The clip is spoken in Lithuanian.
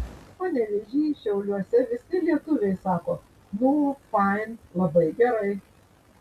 panevėžy šiauliuose visi lietuviai sako nu fain labai gerai